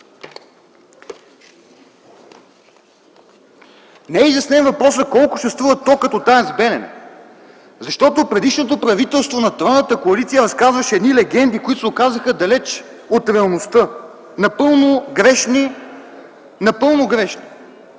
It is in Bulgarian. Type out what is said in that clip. е изяснен въпроса колко ще струва токът от АЕЦ „Белене”. Защото предишното правителство на тройната коалиция разказваше едни легенди, които се оказаха далеч от реалността – напълно грешни. Напълно грешни!